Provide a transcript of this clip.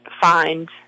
find